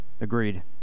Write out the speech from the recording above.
Agreed